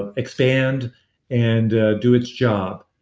ah expand and do its job.